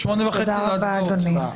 תודה רבה, אדוני.